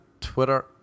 Twitter